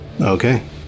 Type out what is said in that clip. Okay